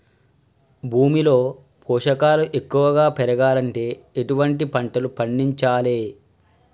భూమిలో పోషకాలు ఎక్కువగా పెరగాలంటే ఎటువంటి పంటలు పండించాలే?